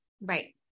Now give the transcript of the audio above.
Right